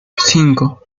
cinco